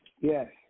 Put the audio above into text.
Yes